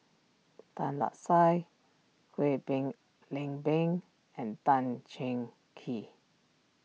Tan Lark Sye Kwek been Leng Beng and Tan Cheng Kee